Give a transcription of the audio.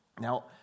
Now